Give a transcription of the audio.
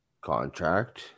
contract